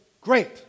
great